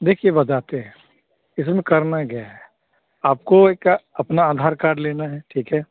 देखिए बताते हैं इसमें करना है क्या है आपको एक अपना आधार कार्ड लेना है ठीक है